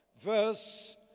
verse